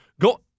go